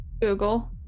Google